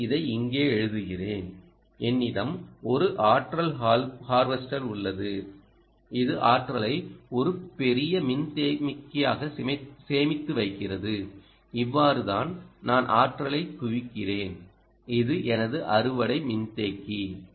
எனவே இதை இங்கே எழுதுகிறேன் என்னிடம் ஒரு ஆற்றல் ஹார்வெஸ்டர் உள்ளது இது ஆற்றலை ஒரு பெரிய மின்தேக்கியாக சேமித்து வைக்கிறது இவ்வாறு தான் நான் ஆற்றலைக் குவிக்கிறேன் இது எனது அறுவடை மின்தேக்கி